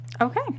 Okay